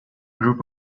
group